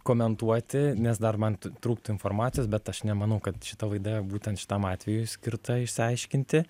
komentuoti nes dar man trūktų informacijos bet aš nemanau kad šita laida būtent šitam atvejui skirta išsiaiškinti